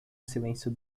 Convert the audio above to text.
silêncio